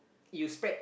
you spread